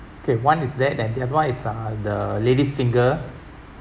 okay one is that and the other one is uh the lady's finger